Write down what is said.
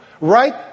Right